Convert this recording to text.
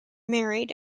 married